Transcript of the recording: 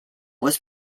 was